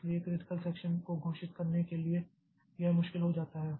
इसलिए critical section को घोषित करने के लिए यह मुश्किल हो जाता है